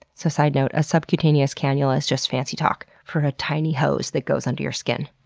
so side note a subcutaneous cannula is just fancy talk for a tiny hose that goes under your skin.